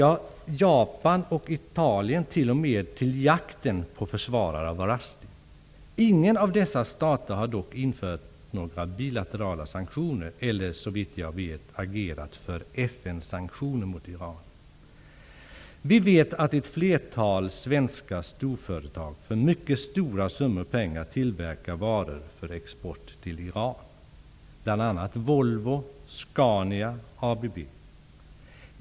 I Italien och Japan har man t.o.m. bedrivit jakt på försvarare av Rushdie. Ingen av dessa stater har dock infört några bilaterala sanktioner eller, såvitt jag vet, agerat för FN Vi vet att ett flertal svenska storföretag för mycket stora summor tillverkar varor för export till Iran, bl.a. Volvo, Scania och ABB.